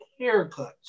haircuts